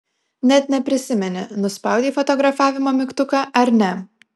net neprisimeni nuspaudei fotografavimo mygtuką ar ne